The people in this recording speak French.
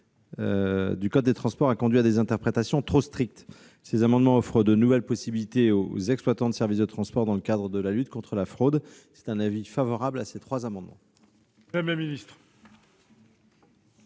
du code des transports conduit à des interprétations trop strictes. Ces amendements offrent de nouvelles solutions aux exploitants de services de transport dans le cadre de la lutte contre la fraude. La commission y est donc